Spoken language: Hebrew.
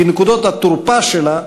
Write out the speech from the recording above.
כנקודות התורפה שלה,